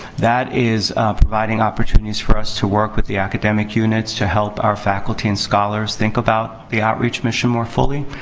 that is providing opportunities for us to work with the academic units to help our faculty and scholars think about the outreach mission more fully.